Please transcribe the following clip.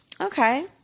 Okay